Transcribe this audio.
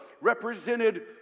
represented